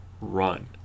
run